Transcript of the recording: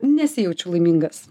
nesijaučiau laimingas